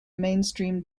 mainstream